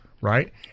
Right